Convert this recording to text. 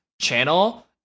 channel